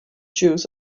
jews